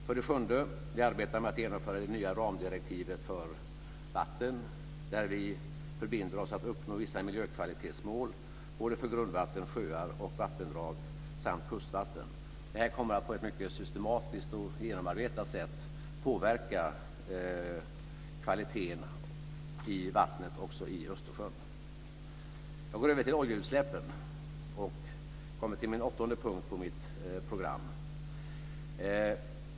För det sjunde arbetar vi med att genomföra det nya ramdirektivet för vatten, där vi förbinder oss att uppnå vissa miljökvalitetsmål för grundvatten, sjöar och vattendrag samt kustvatten. Det här kommer att på ett mycket systematiskt och genomarbetat sätt påverka kvaliteten i vattnet också i Östersjön. Jag går över till oljeutsläppen och kommer till min åttonde punkt på mitt program.